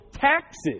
taxes